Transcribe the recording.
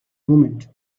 moment